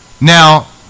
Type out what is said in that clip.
Now